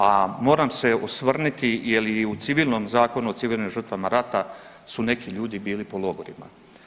A moramo se osvrniti jer i u civilnom Zakonu o civilnim žrtvama rata su neki ljudi bili po logorima.